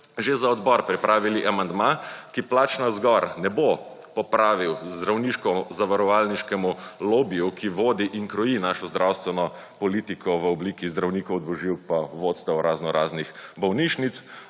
že za odbor pripravili amandma, ki plač navzgor ne bo popravil zdravniško-zavarovalniškemu lobiju, ki vodi in kroji našo zdravstveno politiko v obliki zdravnikov dvoživk pa vodstev raznoraznih bolnišnic,